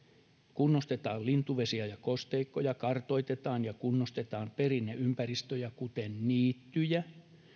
kunnostetaan lintuvesiä ja kosteikkoja sekä kartoitetaan ja kunnostetaan perinneympäristöjä kuten niittyjä